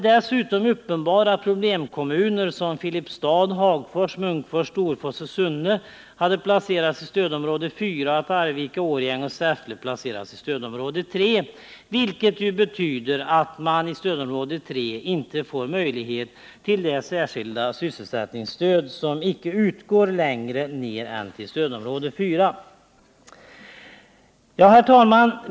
Dessutom hade uppenbara problemkommuner, som Filipstad, Hagfors, Munkfors, Storfors och Sunne, placerats i stödområde 4, och Arvika, Årjäng och Säffle hade placerats i stödområde 3. Detta betyder att man i stödområde 3 inte får möjlighet till det särskilda sysselsättningsstöd som inte utgår längre ner än till stödområde 4. Herr talman!